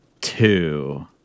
two